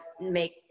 make